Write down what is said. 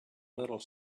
little